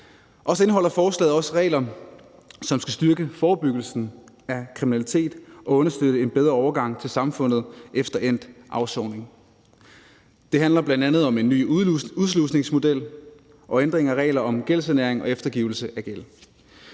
Så indeholder lovforslaget også regler, som skal styrke forebyggelsen af kriminalitet og understøtte en bedre overgang til samfundet efter endt afsoning. Det handler bl.a. om en ny udslusningsmodel og ændrede regler om gældssanering og eftergivelse af gæld.